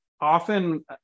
often